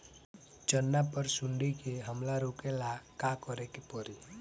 चना पर सुंडी के हमला रोके ला का करे के परी?